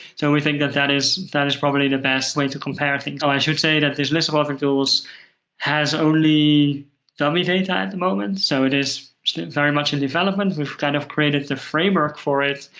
so we think that that is that is probably the best way to compare things. oh, i should say that this list of authoring tools has only dummy data at the moment, so it is very much in development. we've kind of created the framework for it,